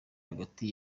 hagati